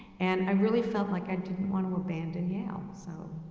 and i really felt like i didn't want to abandon yale so.